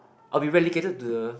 I'll be relegated to the